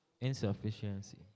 Insufficiency